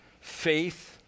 faith